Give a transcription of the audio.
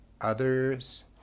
others